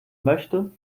möchte